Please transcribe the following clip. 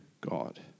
God